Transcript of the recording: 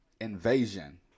Invasion